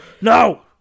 No